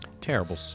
terrible